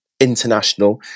international